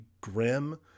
grim